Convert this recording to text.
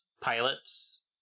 pilots